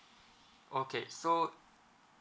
okay so